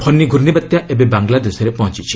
ଫନି ଗ୍ରର୍ଷିବାତ୍ୟା ଏବେ ବାଙ୍ଗଲାଦେଶରେ ପହଞ୍ଚିଛି